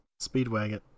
Speedwagon